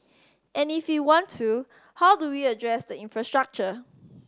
and if we want to how do we address the infrastructure